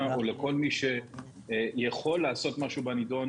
או לכל מי שיכול לעשות משהו בנידון,